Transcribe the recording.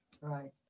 right